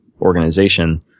organization